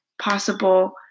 possible